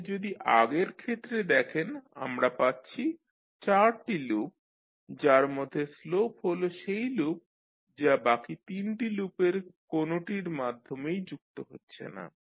তাহলে যদি আগের ক্ষেত্রে দেখেন আমরা পাচ্ছি 4 টি লুপ যার মধ্যে স্লোপ হল সেই লুপ যা বাকি 3 টি লুপের কোনোটির মাধ্যমেই যুক্ত হচ্ছে না